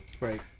Right